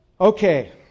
Okay